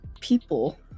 people